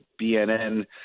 BNN